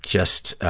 just